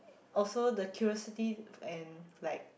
also the curiosity and like